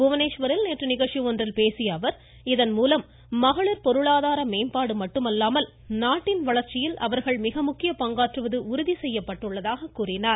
புவனேஷ்வரில் நேற்று நிகழ்ச்சி ஒன்றில் பேசிய அவர் இதன்மூலம் மகளிர் பொருளாதார மேம்பாடு மட்டுமல்லாமல் நாட்டின் வளர்ச்சியில் அவர்கள் மிக முக்கிய பங்காற்றுவது உறுதி செய்யப்பட்டுள்ளதாக கூறினார்